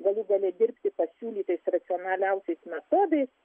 galų gale dirbti pasiūlytais racionaliausiais metodais